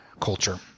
culture